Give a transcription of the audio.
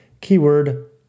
Keyword